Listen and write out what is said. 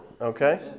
Okay